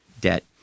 debt